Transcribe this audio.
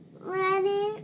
ready